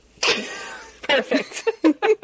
perfect